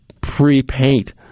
pre-paint